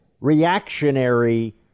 reactionary